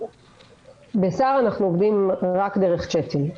בסה"ר אנחנו עובדים רק דרך צ'טים,